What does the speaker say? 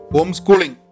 Homeschooling